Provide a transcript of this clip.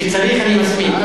כשצריך אני מסמיק.